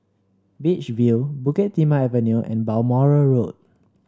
Beach View Bukit Timah Avenue and Balmoral Road